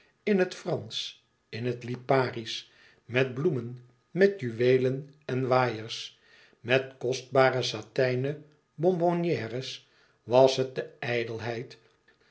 in het fransch in het liparisch met bloemen met juweelen en waaiers met kostbare satijnen bonbonnières was het de